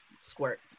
squirt